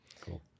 cool